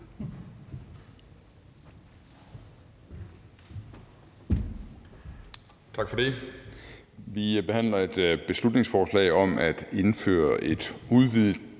Tak for det. Vi behandler et beslutningsforslag om at indføre et udvidet